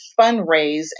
fundraise